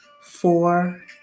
four